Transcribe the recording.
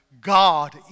God